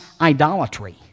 idolatry